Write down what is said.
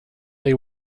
they